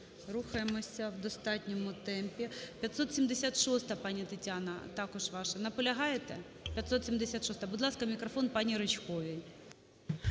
рухаємося в достатньому темпі. 576-а, пані Тетяна, також ваша. Наполягаєте, 576-а? Будь ласка, мікрофон паніРичковій.